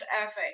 effect